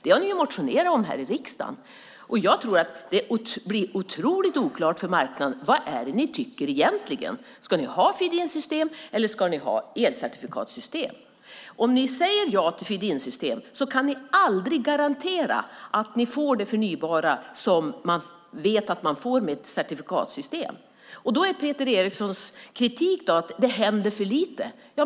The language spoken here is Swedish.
Det har ni motionerat om här i riksdagen. Det blir otroligt oklart för marknaden. Vad är det ni egentligen tycker? Ska ni ha feed-in-system, eller ska ni ha elcertifikatssystem? Om ni säger ja till feed-in-system kan ni aldrig garantera att ni får det förnybara som man vet att man får med ett certifikatsystem. Peter Erikssons kritik är att det händer för lite.